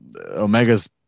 Omega's